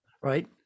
Right